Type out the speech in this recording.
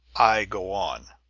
i go on!